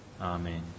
Amen